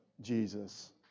Jesus